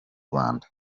rwanda